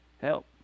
help